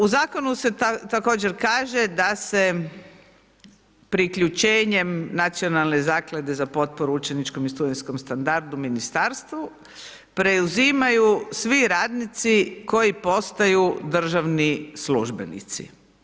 U zakonu se također kaže da se priključenjem Nacionalne zaklade za potporu učeničkom i studentskom standardu ministarstvu, preuzimanju svi radnici koji postaju državni službenici.